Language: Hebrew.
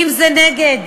אם נגד